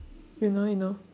you know you know